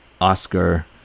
Oscar